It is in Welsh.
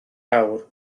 awr